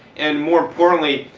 and more importantly,